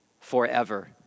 forever